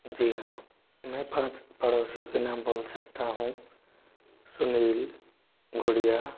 जी हाँ मैं पाँच पड़ोसियों के नाम बोल सकता हूँ सुनील गुड़िया